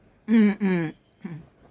mm mm hmm